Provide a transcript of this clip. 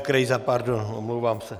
Krejza, pardon, omlouvám se.